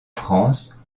france